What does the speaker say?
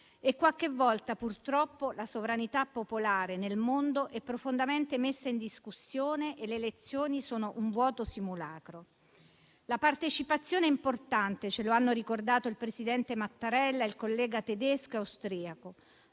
Qualche volta, purtroppo, la sovranità popolare nel mondo è profondamente messa in discussione e le elezioni sono un vuoto simulacro. La partecipazione è importante, come hanno ricordato il presidente Mattarella, il collega tedesco e quello austriaco.